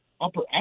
upper